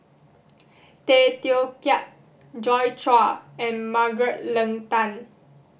Tay Teow Kiat Joi Chua and Margaret Leng Tan